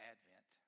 Advent